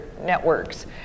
networks